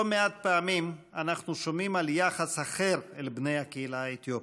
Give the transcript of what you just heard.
לא מעט פעמים אנחנו שומעים על יחס אחר אל בני הקהילה האתיופית.